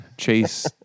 chase